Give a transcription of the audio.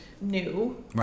new